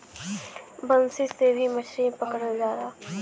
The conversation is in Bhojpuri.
बंसी से भी मछरी पकड़ल जाला